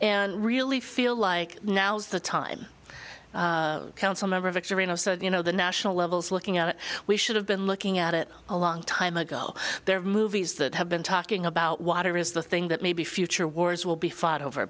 and really feel like now's the time council member a victory no said you know the national levels looking at it we should have been looking at it a long time ago there are movies that have been talking about water is the thing that maybe future wars will be fought over